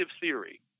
theory